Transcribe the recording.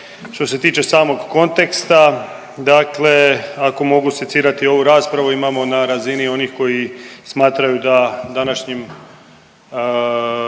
što se tiče samog konteksta, dakle ako mogu secirati ovu raspravu imamo na razini onih koji smatraju da današnjim